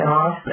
off